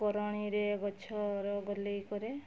କୋରଣିରେ ଗଛର ଗୋଲେଇ କରେ